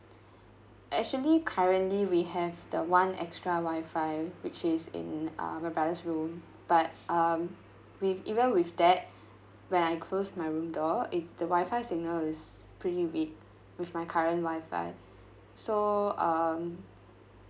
actually currently we have the one extra wifi which is in uh my brother's room but um with even with that when I close my room door it the wifi signal is pretty weak with my current wifi so um